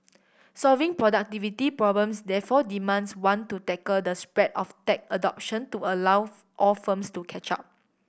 solving productivity problems therefore demands one to tackle the spread of tech adoption to allow all firms to catch up